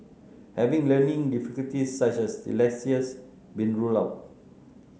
have learning difficulties such as dyslexia been ruled out